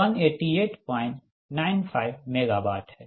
तो Pg118895 MW हैं